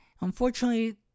unfortunately